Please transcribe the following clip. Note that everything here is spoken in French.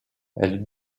elle